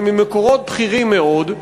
אבל ממקורות בכירים מאוד,